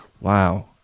Wow